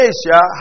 Asia